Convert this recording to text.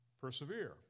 Persevere